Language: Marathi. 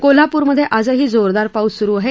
कोल्हापूरमधे आजही जोरदार पाऊस सुरु आहे